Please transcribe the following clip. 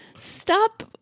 Stop